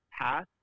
path